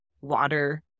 water